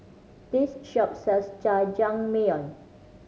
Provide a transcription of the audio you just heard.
this shop sells Jajangmyeon